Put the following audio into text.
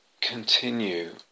continue